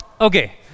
Okay